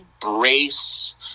Brace